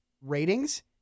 ratings